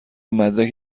مدرک